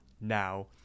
now